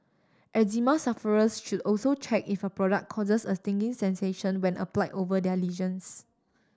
eczema sufferers should also check if a product causes a stinging sensation when applied over their lesions